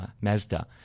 Mazda